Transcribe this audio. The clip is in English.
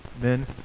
Men